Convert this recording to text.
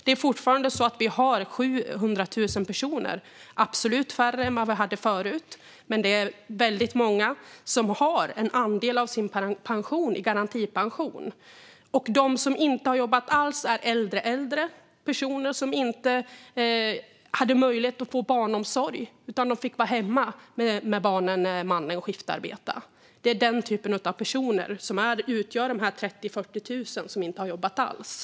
Det är fortfarande så att vi har 700 000 personer i detta. Det är absolut färre än vi hade förut, men det är väldigt många som har en andel av sin pension i garantipension. De som inte har jobbat alls är äldre äldre personer som inte hade möjlighet att få barnomsorg. De fick vara hemma med barnen när mannen skiftarbetade. De är den typ av personer som utgör de 30 000-40 000 som inte har jobbat alls.